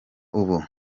ubu